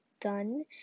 done